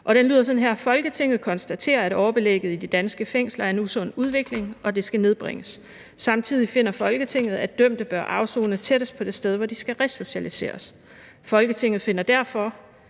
»Folketinget konstaterer, at overbelægget i de danske fængsler er en usund udvikling, og at det kan nedbringes. Samtidig finder Folketinget, at dømte bør afsone tættest på det sted, hvor de skal resocialiseres. Folketinget finder derfor,